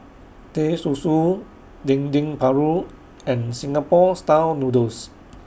Teh Susu Dendeng Paru and Singapore Style Noodles